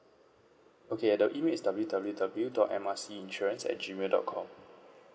okay the email is W W W dot M R C insurance at Gmail dot com